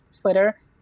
Twitter